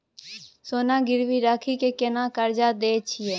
सोना गिरवी रखि के केना कर्जा दै छियै?